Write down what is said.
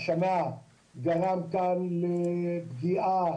השנה זה גרם לפגיעה